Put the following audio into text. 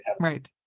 Right